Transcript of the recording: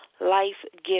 life-giving